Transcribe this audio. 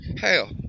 hell